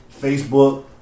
Facebook